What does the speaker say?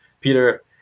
Peter